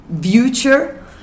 future